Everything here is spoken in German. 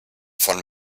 von